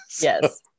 Yes